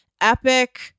epic